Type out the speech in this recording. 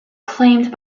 claimed